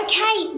Okay